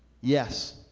Yes